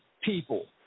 people